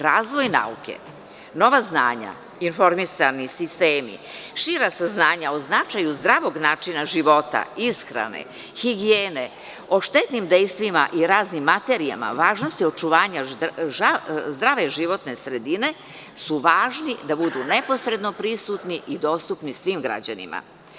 Razvoj nauke, nova znanja, informisani sistemi, šira saznanja o značaju zdravog načina života i ishrane, higijene, o štetnim dejstvima i raznim materijama, važnosti očuvanja zdrave životne sredine su važni da budu neposredno prisutni i dostupni svim građanima.